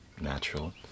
natural